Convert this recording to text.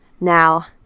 Now